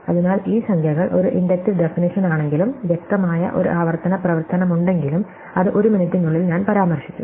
അതിനാൽ ഈ സംഖ്യകൾ ഒരു ഇൻഡക്റ്റീവ് ഡെഫനിഷൻ ആണെങ്കിലും വ്യക്തമായ ഒരു ആവർത്തന പ്രവർത്തനമുണ്ടെങ്കിലും അത് ഒരു മിനിറ്റിനുള്ളിൽ ഞാൻ പരാമർശിച്ചു